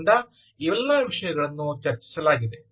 ಆದ್ದರಿಂದ ಇವೆಲ್ಲಾ ವಿಷಯಗಳನ್ನು ಚರ್ಚಿಸಲಾಯಿತು